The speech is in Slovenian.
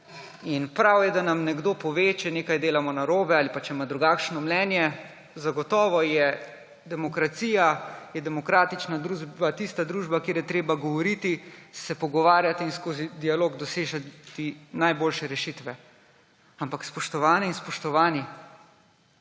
in prav je, da nam nekdo pove, če nekaj delamo narobe ali pa če ima drugačno mnenje. Zagotovo je demokracija, je demokratična družba tista družba, kjer je treba govoriti, se pogovarjati in skozi dialog dosegati najboljše rešitve. Ampak, spoštovani in spoštovane,